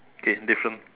okay different